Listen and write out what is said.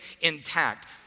intact